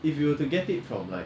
if you were to get it from like